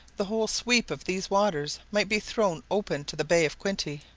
the whole sweep of these waters might be thrown open to the bay of quinte.